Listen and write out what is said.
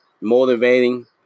motivating